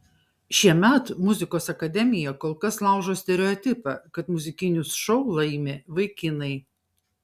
šiemet muzikos akademija kol kas laužo stereotipą kad muzikinius šou laimi vaikinai